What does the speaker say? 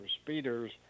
speeders